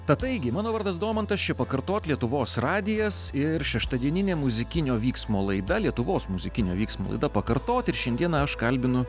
tad taigi mano vardas domantas čia pakartot lietuvos radijas ir šeštadieninė muzikinio vyksmo laida lietuvos muzikinio vyksmo laida pakartot ir šiandieną aš kalbinu